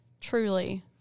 truly